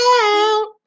out